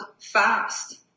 fast